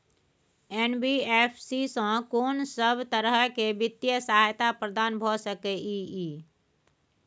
NBFC स कोन सब तरह के वित्तीय सहायता प्रदान भ सके इ? इ